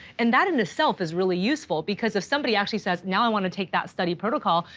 and that in itself is really useful. because if somebody actually says, now, i wanna take that study protocol,